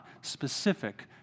specific